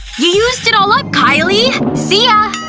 you used it all up, kylie! see ya!